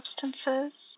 substances